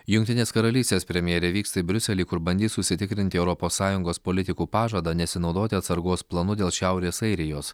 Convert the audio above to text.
jungtinės karalystės premjerė vyks į briuselį kur bandys užsitikrinti europos sąjungos politikų pažadą nesinaudoti atsargos planu dėl šiaurės airijos